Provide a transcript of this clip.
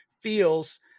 feels